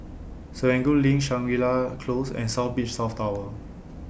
Serangoon LINK Shangri La Close and South Beach South Tower